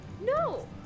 No